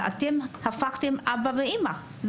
ואתם הפכתם לאבא ואמא.